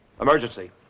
Emergency